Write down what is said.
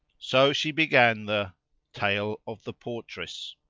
so she began the tale of the portress.